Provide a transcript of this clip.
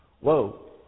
Whoa